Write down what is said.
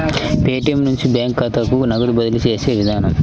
Paytm నుంచి bank ఖాతాకు నగదు బదిలీ చేసే విధానం